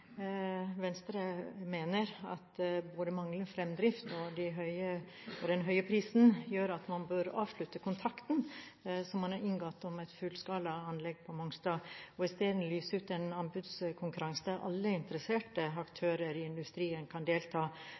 Venstre mener at både manglende fremdrift og den høye prisen gjør at man bør avslutte kontrakten som man har inngått om et fullskalaanlegg på Mongstad, og i stedet lyse ut en anbudskonkurranse der alle interesserte aktører i industrien kan delta